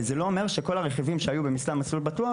זה לא אומר שכל הרכיבים שהיו במבצע "מסלול בטוח"